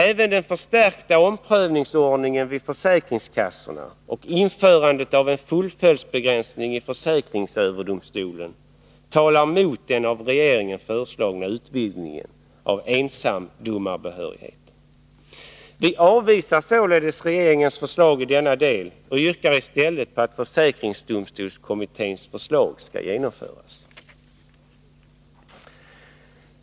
Även den förstärkta omprövningsordningen vid försäkringskassorna och införandet av en fullföljdsbegränsning i försäkringsöverdomstolen talar mot den av regeringen föreslagna utvidgningen av ensamdomarbehörigheten. Vi avvisar således regeringens förslag i denna del och yrkar i stället att försäkringsdomstolskommitténs förslag genomförs.